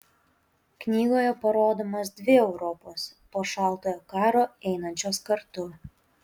knygoje parodomos dvi europos po šaltojo karo einančios kartu